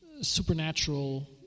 supernatural